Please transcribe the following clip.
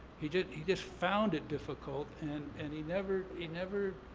he just he just found it difficult and and he never, he never,